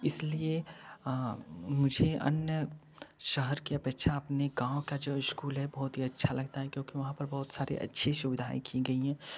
इसलिए मुझे अन्य शहर की अपेक्षा अपने गाँव का जो इस्कूल है बहुत ही अच्छा लगता है क्योंकि वहाँ पर बहुत सारे अच्छी सुविधाएँ की गई है